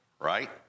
right